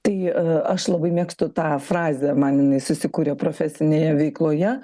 tai aš labai mėgstu tą frazę man jinai susikūrė profesinėje veikloje